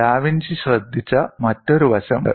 da Vinci ശ്രദ്ധിച്ച മറ്റൊരു വശം ഉണ്ട്